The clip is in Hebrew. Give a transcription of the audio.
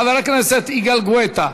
חבר הכנסת יגאל גואטה,